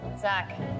Zach